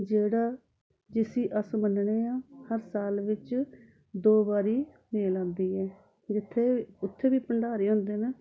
जेह्ड़ा इस्सी अस मन्नेआ हर साल बिच्च दो बारी मेल लगदी ऐ इत्थै बी भण्डारे होंदे न